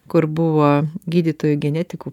kur buvo gydytojų genetikų